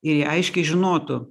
ir jie aiškiai žinotų